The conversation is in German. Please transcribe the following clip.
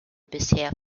bisher